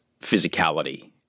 physicality